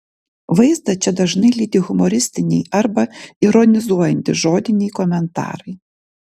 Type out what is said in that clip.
vaizdą čia dažnai lydi humoristiniai arba ironizuojantys žodiniai komentarai